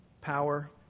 power